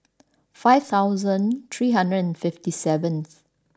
five thousand three hundred and fifty seventh